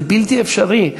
זה בלתי אפשרי.